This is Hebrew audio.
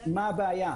מה הבעיה?